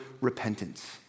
repentance